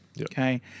Okay